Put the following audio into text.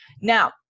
Now